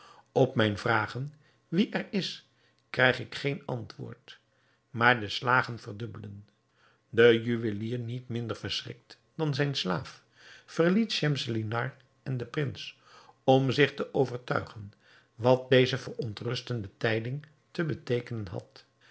op mijn vragen wie er is krijg ik geen antwoord maar de slagen verdubbelen de juwelier niet minder verschrikt dan zijn slaaf verliet schemselnihar en den prins om zich te overtuigen wat deze verontrustende tijding te beteekenen had